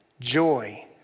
joy